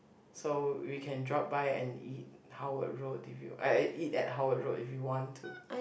so we can drop by and eat Howard Road if you uh eh eat at Howard Road if you want to